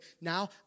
Now